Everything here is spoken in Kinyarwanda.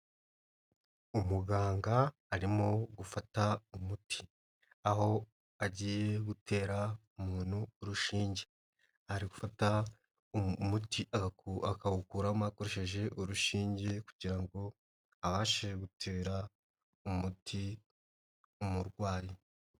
Umuganga arimo gufata umuti aho agiye gutera umuntu urushinge, ari gufata umuti akawukuramo akoresheje urushinge kugira ngo abashe gutera umuti umurwayi.